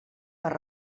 per